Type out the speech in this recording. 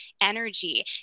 energy